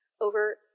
over